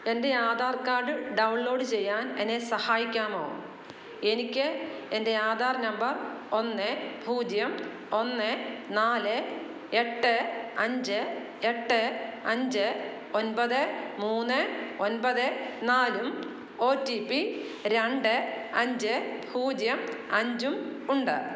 എന്റെ Aadhaar card download ചെയ്യാന് എന്നെ സഹായിക്കാമോ എനിക്ക് എന്റെ ആധാര് നമ്പര് ഒന്ന് പൂജ്യം ഒന്ന് നാല് എട്ട് അഞ്ച് എട്ട് അഞ്ച് ഒന്പത് മൂന്ന് ഒന്പത് നാലും ഒ റ്റീ പ്പി രണ്ട് അഞ്ച് പൂജ്യം അഞ്ചും ഉണ്ട്